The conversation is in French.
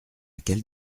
quelle